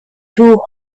two